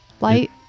light